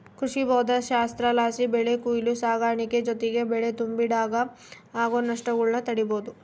ಕೃಷಿಭೌದ್ದಶಾಸ್ತ್ರಲಾಸಿ ಬೆಳೆ ಕೊಯ್ಲು ಸಾಗಾಣಿಕೆ ಜೊತಿಗೆ ಬೆಳೆ ತುಂಬಿಡಾಗ ಆಗೋ ನಷ್ಟಗುಳ್ನ ತಡೀಬೋದು